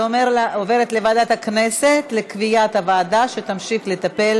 זה אומר שהיא עוברת לוועדת הכנסת לקביעת הוועדה שתמשיך לטפל